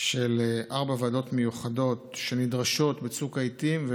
של ארבע ועדות מיוחדות שנדרשות בצוק העיתים.